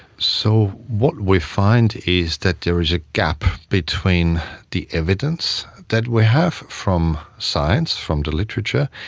so what we find is that there is a gap between the evidence that we have from science, from the literature,